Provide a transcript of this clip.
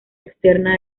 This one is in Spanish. externa